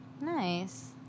Nice